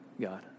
God